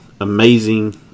amazing